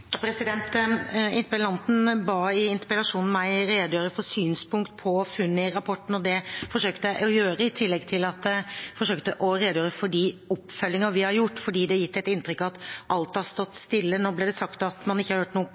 det forsøkte jeg å gjøre, i tillegg til at jeg forsøkte å redegjøre for de oppfølginger vi har gjort, for det er gitt et inntrykk av at alt har stått stille. Nå ble det sagt at